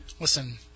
listen